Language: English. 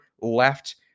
left